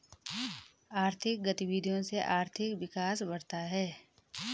आर्थिक गतविधियों से आर्थिक विकास बढ़ता है